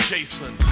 Jason